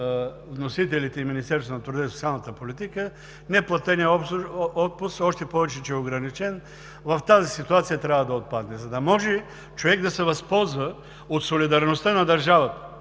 вносители и Министерството на труда и социалната политика неплатеният отпуск, още повече че е ограничен, в тази ситуация да отпадне, за да може човек да се възползва от солидарността на държавата,